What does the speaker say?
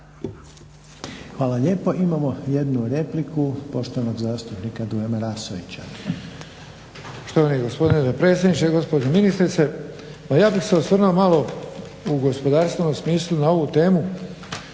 Hvala lijepo. Imamo jednu repliku, poštovanog zastupnika Duje Marasovića.